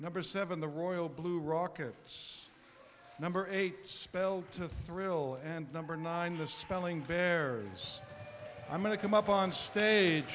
number seven the royal blue rockets number eight spelled to thrill and number nine the spelling berries i'm going to come up on stage